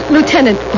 Lieutenant